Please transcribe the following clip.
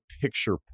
picture